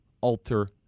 alter